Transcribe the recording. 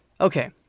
Okay